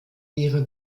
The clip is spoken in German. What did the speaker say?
wäre